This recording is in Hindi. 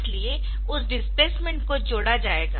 इसलिए उस डिस्प्लेसमेंट को जोड़ा जाएगा